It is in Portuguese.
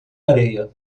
areia